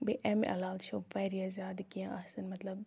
بیٚیہِ اَمہِ علاوٕ چھِ واریاہ زیادٕ کیٚنٛہہ آسان مطلب